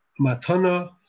matana